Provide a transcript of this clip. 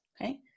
Okay